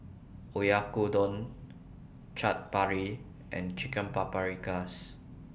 Oyakodon Chaat Papri and Chicken Paprikas